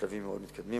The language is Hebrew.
בשלבים מאוד מתקדמים.